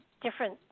different